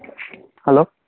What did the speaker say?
hello